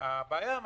הבעיה היא